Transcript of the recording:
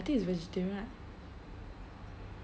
think it's vegeterian right